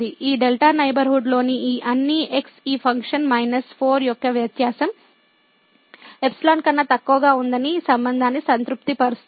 ఈ δ నైబర్హుడ్ లోని ఈ అన్ని x ఈ ఫంక్షన్ మైనస్ 4 యొక్క వ్యత్యాసం ϵ కన్నా తక్కువగా ఉందని ఈ సంబంధాన్ని సంతృప్తిపరుస్తుంది